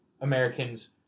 Americans